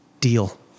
deal